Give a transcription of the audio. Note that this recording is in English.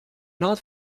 not